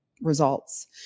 results